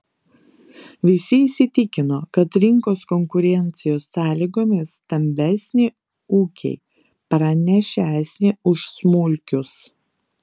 visi įsitikino kad rinkos konkurencijos sąlygomis stambesni ūkiai pranašesni už smulkius